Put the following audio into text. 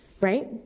right